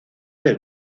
del